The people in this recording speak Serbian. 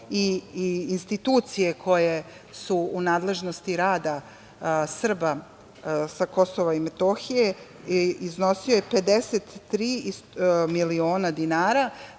i institucije koje su u nadležnosti rada Srba sa Kosova i Metohije, iznosio je 53 miliona dinara.